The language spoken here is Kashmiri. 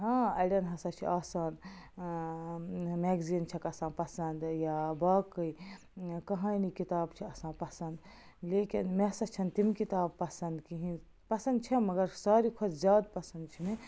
ہاں اَڑٮ۪ن ہَسا چھِ آسان مٮ۪گزیٖن چھَکھ آسان پسند یا باقٕے کہانی کِتاب چھِ آسان پسند لیکِن مےٚ ہَسا چھَنہٕ تِم کِتاب پسند کِہیٖنۍ پسند چھَم مگر ساروٕے کھوتہٕ زیادٕ پسند چھِ مےٚ